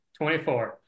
24